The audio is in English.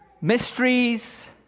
Mysteries